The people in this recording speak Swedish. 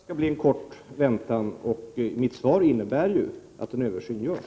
Herr talman! Jag hoppas också att väntan blir kort. Mitt svar innebär ju att en översyn görs.